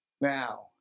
now